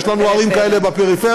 יש לנו ערים כאלה בפריפריה,